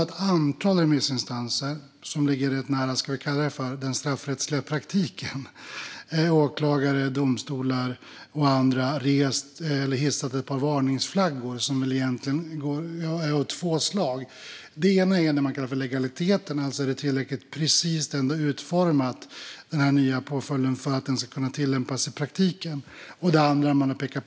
Ett antal remissinstanser som ligger ganska nära vad vi kan kalla den straffrättsliga praktiken - åklagare, domstolar och andra - har hissat ett par varningsflaggor. De är egentligen av två slag. Den ena gäller det man kallar legaliteten, alltså om den nya påföljden är tillräckligt precist utformad för att kunna tillämpas i praktiken. Den andra varningsflaggan gäller att man har pekat på Danmark, som ju redan har det här.